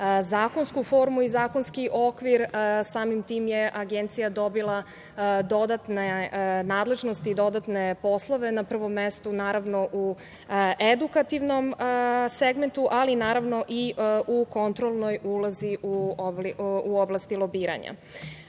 zakonsku formu i zakonski okvir, samim tim je Agencija dobila dodatne nadležnosti i dodatne poslove. Na prvom mestu, naravno, u edukativnom segmentu, ali naravno i u kontrolnoj ulozi u oblasti lobiranja. Takođe,